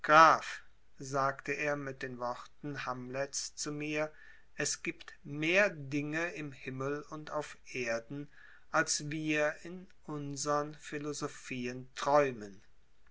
sagte er mit den worten hamlets zu mir es gibt mehr dinge im himmel und auf erden als wir in unsern philosophien träumen